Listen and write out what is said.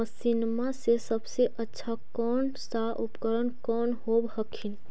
मसिनमा मे सबसे अच्छा कौन सा उपकरण कौन होब हखिन?